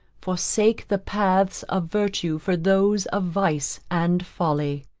forsake the paths of virtue for those of vice and folly.